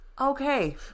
okay